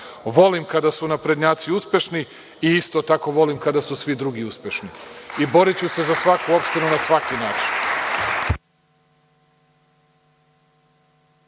Volim kada su Naprednjaci i isto tako volim kada su svi drugi uspešni. Boriću se za svaku opštinu na svaki način.